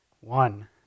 one